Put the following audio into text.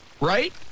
right